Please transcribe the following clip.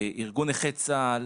ארגון נכי צה"ל